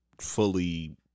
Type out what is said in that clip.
fully